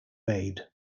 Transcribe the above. made